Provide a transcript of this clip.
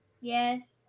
Yes